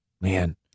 Man